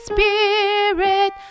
Spirit